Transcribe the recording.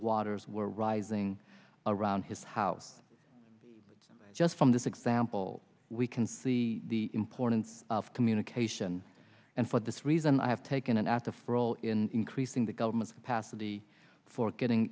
waters were rising around his house just from this example we can see the importance of communication and for this reason i have taken an active role in creasing the government's capacity for getting